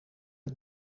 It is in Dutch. het